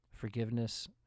Forgiveness